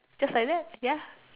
just like that ya